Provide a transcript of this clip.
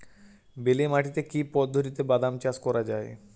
বেলে মাটিতে কি পদ্ধতিতে বাদাম চাষ করা যায়?